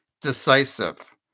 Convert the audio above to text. Decisive